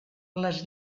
les